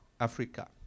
Africa